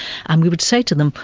and we would say to them,